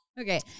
Okay